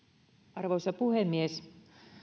arvoisa puhemies